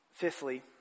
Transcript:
Fifthly